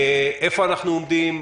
איפה אנחנו עומדים?